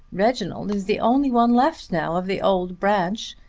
reginald is the only one left now of the old branch.